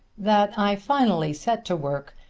that i finally set to work,